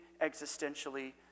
existentially